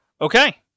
Okay